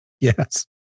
Yes